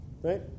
Right